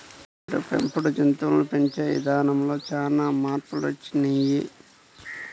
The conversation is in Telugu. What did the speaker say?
నేడు పెంపుడు జంతువులను పెంచే ఇదానంలో చానా మార్పులొచ్చినియ్యి